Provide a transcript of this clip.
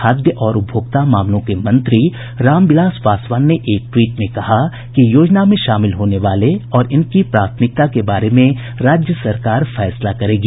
खाद्य और उपभोक्ता मामलों के मंत्री रामविलास पासवान ने एक ट्वीट में कहा कि योजना में शामिल होने वाले और इनकी प्राथमिकता के बारे में राज्य सरकार फैसला करेगी